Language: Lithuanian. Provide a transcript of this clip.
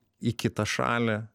į kitą šalį